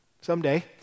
someday